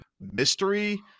mystery